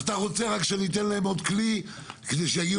אתה רוצה רק שניתן להן עוד כלי כדי שיגיעו